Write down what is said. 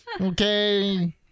Okay